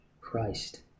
Christ